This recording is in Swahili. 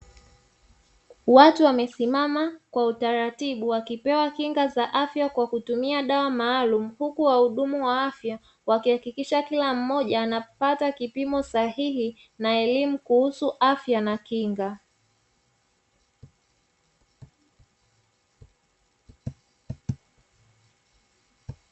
Watu wamesimama kwa utaratibu wakipewa kinga za afya kwa kutumia dawa maalumu huku wahudumu wa afya wakihakikisha kila mmoja anapata kipimo sahihi, na elimu kuhusu afya na kinga.